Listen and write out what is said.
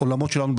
בעולמות שלנו,